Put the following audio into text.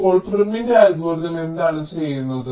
ഇപ്പോൾ പ്രിമിന്റെ അൽഗോരിതം എന്താണ് ചെയ്യുന്നത്